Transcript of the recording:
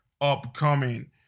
upcoming